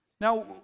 Now